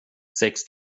sex